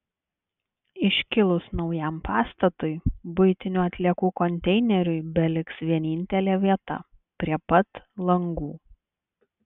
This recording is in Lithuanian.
iškilus naujam pastatui buitinių atliekų konteineriui beliks vienintelė vieta prie pat langų